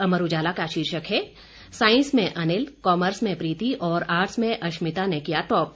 अमर उजाला का शीर्षक है साईंस में अनिल कॉमर्स में प्रीति और आटर्स में अश्मिता ने किया टॉप